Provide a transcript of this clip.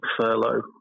furlough